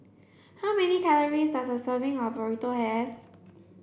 how many calories does a serving of Burrito have